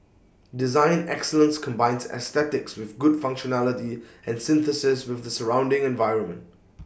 design excellence combines aesthetics with good functionality and synthesis with the surrounding environment